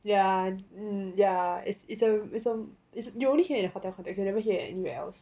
yeah yeah it's it's a it's a it's you only hear in a hotel context you never hear anywhere else